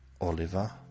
Oliver